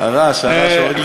הרעש, הרעש הורג לי את האוזן.